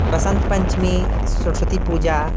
Basant Panchami Saraswati Puja